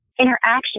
Interaction